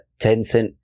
Tencent